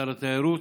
שר התיירות.